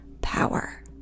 power